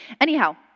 Anyhow